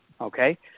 Okay